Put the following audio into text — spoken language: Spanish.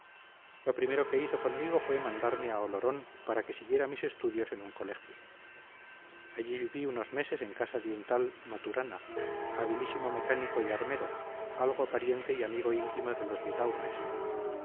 lo primero que hizo conmigo fue mandarme a olorón para que siguiera mis estudios en un colegio allí viví unos meses en casa de un tal maturana habilísimo mecánico y armero algo pariente y amigo íntimo de los vidaurres